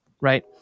right